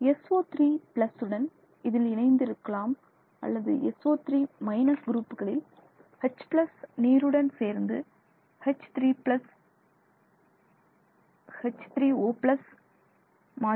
So3 plus உடன் இதில் இணைந்து இருக்கலாம் அதாவது SO3 குரூப்களில் H நீருடன் சேர்ந்து H3O மாறுகிறது